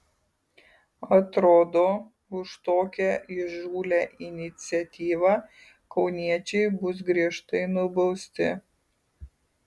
atrodo už tokią įžūlią iniciatyvą kauniečiai bus griežtai nubausti